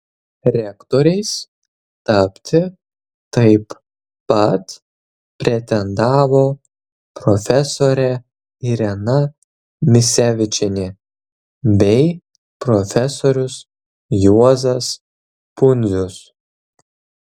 rektoriais tapti taip pat pretendavo profesorė irena misevičienė bei profesorius juozas pundzius